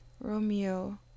Romeo